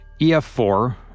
EF4